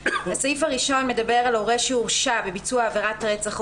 "(א) הורה הורשע בביצוע עבירת רצח או